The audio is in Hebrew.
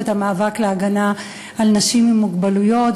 ואת המאבק להגנה על אנשים עם מוגבלויות.